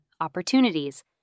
opportunities